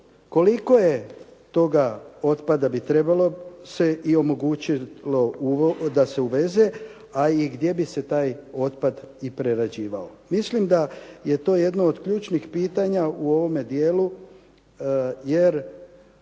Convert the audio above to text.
koliko je toga otpada bi trebalo se i omogućilo da se uveze, a i gdje bi se taj otpad i prerađivao. Mislim da je to jedno od ključnih pitanja u ovome dijelu, jer